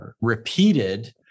repeated